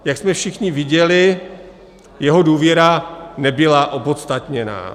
Jak jsme všichni viděli, jeho důvěra nebyla opodstatněná.